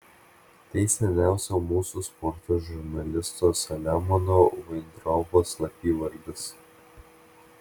tai seniausio mūsų sporto žurnalisto saliamono vaintraubo slapyvardis